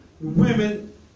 women